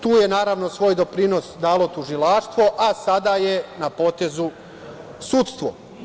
Tu je naravno svoj doprinos dalo tužilaštvo, a sada je na potezu sudstvo.